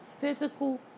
physical